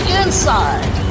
inside